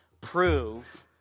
prove